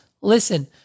listen